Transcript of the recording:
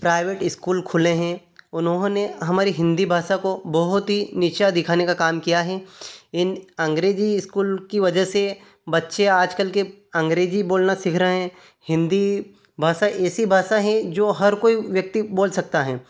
private school खुले हैं उन्होंने हमारी हिन्दी भाषा को बहुत ही नीचा दिखाने का काम किया है इन अंग्रेजी इस्कूल की वजह से बच्चे आजकल के अंग्रेजी बोलना सीख रहे हैं हिन्दी भाषा ऐसी भाषा है जो हर कोई व्यक्ति बोल सकता है